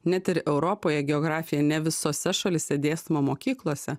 net ir europoje geografija ne visose šalyse dėstoma mokyklose